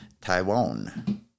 taiwan